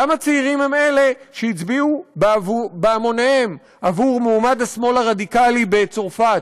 למה צעירים הם אלה שהצביעו בהמוניהם עבור מועמד השמאל הרדיקלי בצרפת,